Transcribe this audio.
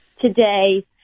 today